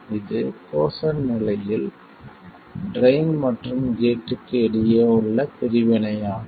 இது கோசேன்ட் நிலையில் ட்ரைன் மற்றும் கேட்க்கு இடையே உள்ள பிரிவினை ஆகும்